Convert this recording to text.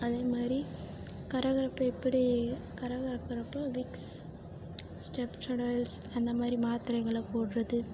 அதே மாதிரி கரகரப்பு எப்படி கரகரக்கிறப்போ விக்ஸ் ஸ்ட்ரெப்டடோல்ஸ் அந்த மாதிரி மாத்திரைகளை போடுறது